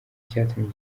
cyatumye